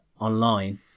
online